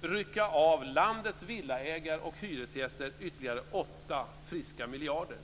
rycka av landets villaägare och hyresgäster ytterligare åtta friska miljarder.